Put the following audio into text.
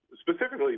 specifically